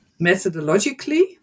methodologically